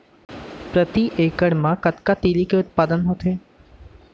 प्रति एकड़ मा कतना तिलि के उत्पादन होथे?